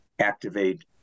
activate